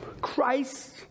Christ